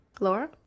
Laura